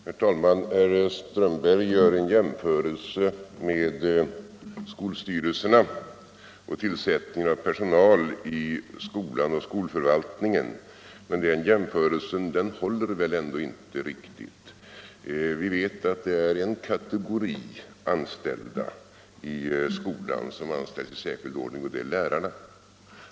Herr talman! Herr Strömberg i Vretstorp gör en jämförelse med skolstyrelserna och tillsättningen av personal i skolan och skolförvaltningen, men den jämförelsen håller väl ändå inte riktigt. Vi vet att det är en kategori anställda i skolan som tillsätts i särskild ordning, nämligen lärarna.